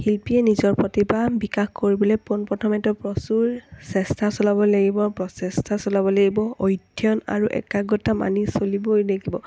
শিল্পীয়ে নিজৰ প্ৰতিভা বিকাশ কৰিবলৈ পোনপ্ৰথমেতো প্ৰচুৰ চেষ্টা চলাব লাগিব প্ৰচেষ্টা চলাব লাগিব অধ্যয়ন আৰু একাগ্ৰতা মানি চলিবই লাগিব